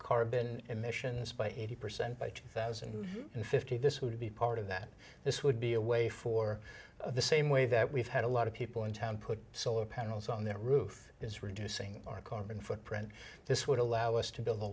carbon emissions by eighty percent by two thousand and fifty this would be part of that this would be a way for the same way that we've had a lot of people in town put solar panels on their roof is reducing our carbon footprint this would allow us to build a